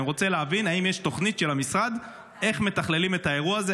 אני רוצה להבין אם יש תוכנית של המשרד איך מתכללים את האירוע הזה,